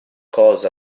cosa